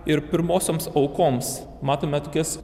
ir pirmosioms aukoms matome tokias